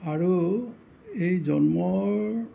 আৰু এই জন্মৰ